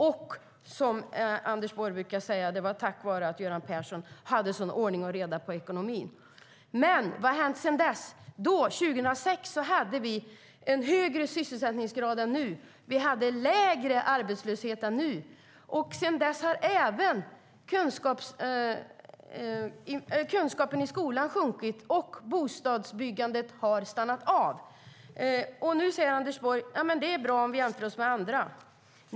Och det var, som Anders Borg brukar säga, tack vare att Göran Persson hade sådan ordning och reda på ekonomin. Men vad har hänt sedan dess? År 2006 hade vi en högre sysselsättningsgrad än nu och lägre arbetslöshet än nu. Sedan dess har även kunskaperna i skolan sjunkit, och bostadsbyggandet har stannat av. Nu säger Anders Borg att det är bra när vi jämför oss med andra.